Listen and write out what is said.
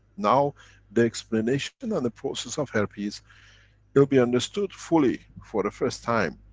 now the explanation and and the process of herpes will be understood fully for the first time.